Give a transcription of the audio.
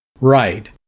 Right